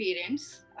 parents